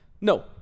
No